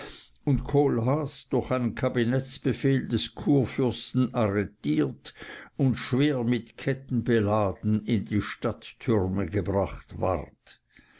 und kohlhaas durch einen kabinettsbefehl des kurfürsten arretiert und schwer mit ketten beladen in die stadttürme gebracht ward